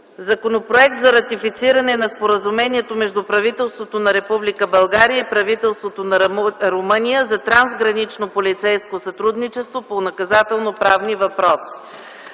Законопроект за ратифициране на Споразумението между правителството на Република България и правителството на Румъния за трансгранично полицейско сътрудничество по наказателно правни въпроси,